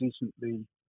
decently